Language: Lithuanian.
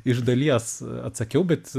iš dalies atsakiau bet